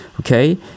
Okay